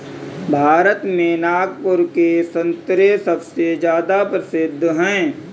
भारत में नागपुर के संतरे सबसे ज्यादा प्रसिद्ध हैं